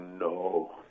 no